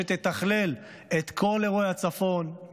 שתתכלל את כל אירועי הצפון,